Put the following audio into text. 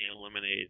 eliminate